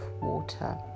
water